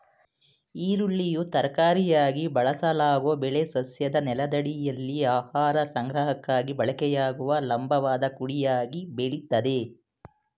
ಈರುಳ್ಳಿಯು ತರಕಾರಿಯಾಗಿ ಬಳಸಲಾಗೊ ಬೆಳೆ ಸಸ್ಯದ ನೆಲದಡಿಯಲ್ಲಿ ಆಹಾರ ಸಂಗ್ರಹಕ್ಕಾಗಿ ಬಳಕೆಯಾಗುವ ಲಂಬವಾದ ಕುಡಿಯಾಗಿ ಬೆಳಿತದೆ